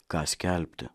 ką skelbti